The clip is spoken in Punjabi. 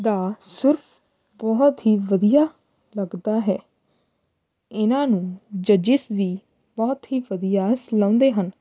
ਦਾ ਸੁਰ ਬਹੁਤ ਹੀ ਵਧੀਆ ਲੱਗਦਾ ਹੈ ਇਹਨਾਂ ਨੂੰ ਜੱਜਿਸ ਵੀ ਬਹੁਤ ਹੀ ਵਧੀਆ ਸਲਾਹੁੰਦੇ ਹਨ